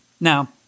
Now